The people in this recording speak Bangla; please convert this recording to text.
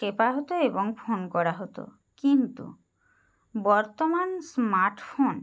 টেপা হতো এবং ফোন করা হতো কিন্তু বর্তমান স্মার্টফোন